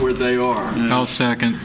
where they are now second